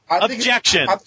Objection